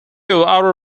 outer